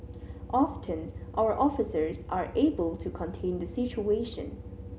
often our officers are able to contain the situation